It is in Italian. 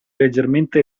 leggermente